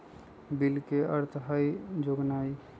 bill के अर्थ हइ जोगनाइ